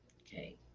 Okay